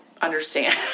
understand